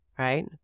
Right